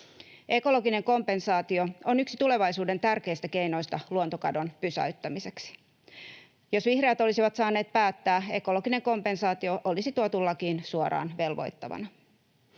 Ekologinen kompensaatio on yksi tulevaisuuden tärkeistä keinoista luontokadon pysäyttämiseksi. Jos vihreät olisivat saaneet päättää, ekologinen kompensaatio olisi tuotu lakiin suoraan velvoittavana.